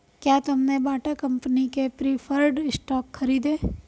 क्या तुमने Bata company के प्रिफर्ड स्टॉक खरीदे?